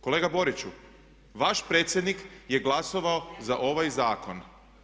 Kolega Boriću vaš predsjednik je glasovao za ovaj zakon.